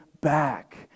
back